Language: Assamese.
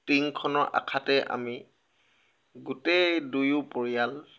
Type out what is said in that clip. টিংখনৰ আশাতেই আমি গোটেই দুয়ো পৰিয়াল